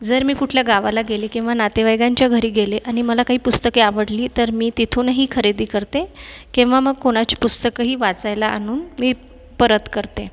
जर मी कुठल्या गावाला गेले किंवा नातेवाईकांच्या घरी गेले आणि मला काही पुस्तके आवडली तर मी तिथूनही खरेदी करते किंवा मग कोणाचे पुस्तकही वाचायला आणून मी परत करते